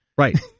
Right